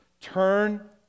Turn